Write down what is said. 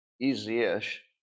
easy-ish